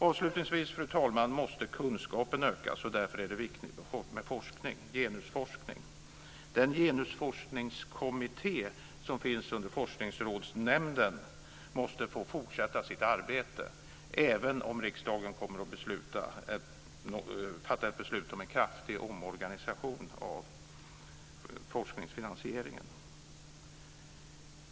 Avslutningsvis, fru talman, måste kunskapen ökas. Därför är det viktigt med genusforskning. Den genusforskningskommitté som finns under Forskningsrådsnämnden måste få fortsätta sitt arbete även om riksdagen kommer att fatta ett beslut om en kraftig omorganisation av forskningsfinansieringen.